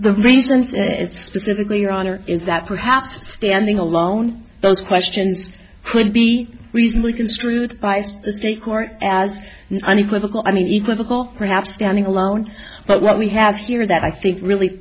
the reason it's specifically your honor is that perhaps standing alone those questions could be reasonably construed by some of the court as an unequivocal i mean equal perhaps standing alone but what we have here that i think really